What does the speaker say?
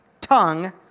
tongue